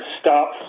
stop